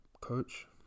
coach